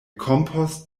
kompost